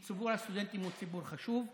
כי ציבור הסטודנטים הוא ציבור חשוב.